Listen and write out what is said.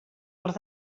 els